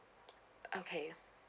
okay